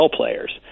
players